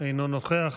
אינו נוכח,